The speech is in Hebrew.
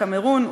קמרון,